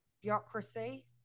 bureaucracy